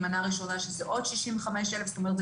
מנה ראשונה שזה עוד 65,000. זאת אומרת,